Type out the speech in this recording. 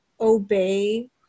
obey